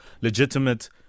legitimate